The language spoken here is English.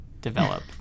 develop